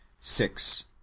six